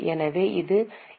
எனவே இது என்